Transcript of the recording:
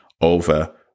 over